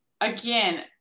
again